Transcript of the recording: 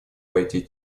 пойти